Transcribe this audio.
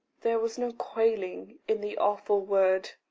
there was no quailing in the awful word